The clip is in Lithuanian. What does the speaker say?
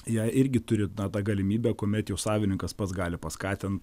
jie irgi turi tą tą galimybę kuomet jau savininkas pats gali paskatint